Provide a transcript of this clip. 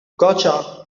gotcha